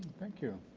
thank you.